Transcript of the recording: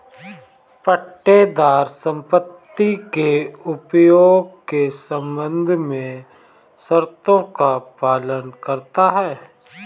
पट्टेदार संपत्ति के उपयोग के संबंध में शर्तों का पालन करता हैं